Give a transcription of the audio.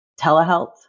telehealth